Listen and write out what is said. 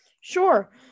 Sure